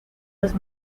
los